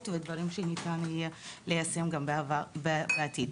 ודברים שניתן יהיה ליישם אותם בעתיד.